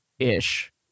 Ish